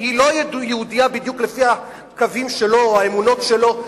כי היא לא יהודייה בדיוק לפי הקווים שלו או האמונות שלו,